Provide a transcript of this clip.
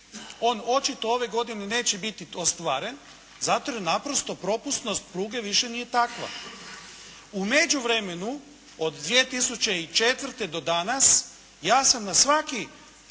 On očito ove godine neće biti ostvaren zato jer naprosto propusnost pruge više nije takva. U međuvremenu, od 2004. do danas ja sam na svaki